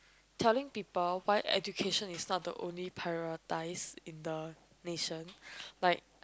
telling people why education is not the only prioritised in the nation like